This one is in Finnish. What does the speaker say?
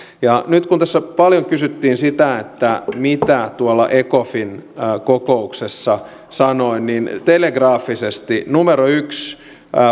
nyt kun tässä paljon kysyttiin sitä mitä ecofin kokouksessa sanoin niin telegraafisesti yksi